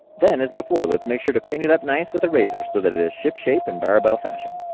then as before lets make sure to clean it up nice with a razor so that it is ship shape and barabel fashion.